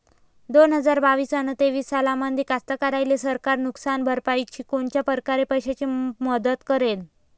दोन हजार बावीस अस तेवीस सालामंदी कास्तकाराइले सरकार नुकसान भरपाईची कोनच्या परकारे पैशाची मदत करेन?